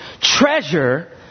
treasure